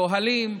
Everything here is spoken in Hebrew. באוהלים,